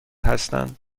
هستند